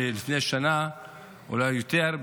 לפני שנה ואולי יותר,